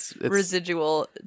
residual